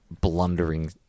blundering